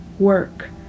work